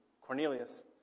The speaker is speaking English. Cornelius